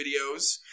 videos